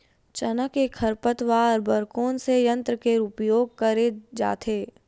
चना के खरपतवार बर कोन से यंत्र के उपयोग करे जाथे?